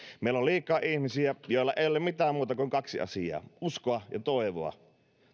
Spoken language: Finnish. meillä on liikaa ihmisiä joilla ei ole mitään muuta kuin kaksi asiaa uskoa ja toivoa